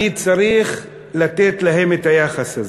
אני צריך לתת להם את היחס הזה.